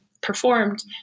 performed